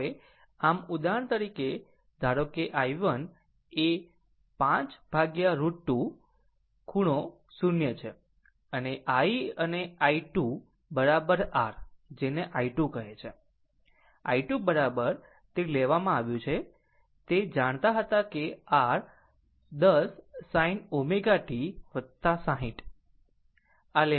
હવે આમ ઉદાહરણ તરીકે ધારો કે i1 એ 5 √ 2 ખૂણો 0 છે અને i અને i2 r જેને i2 કહે છે i2 તે લેવામાં આવ્યું છે તે જાણતા હતા કે r 10 sin ω t 60 o